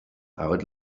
out